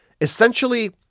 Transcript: essentially